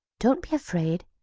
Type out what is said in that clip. don't be afraid!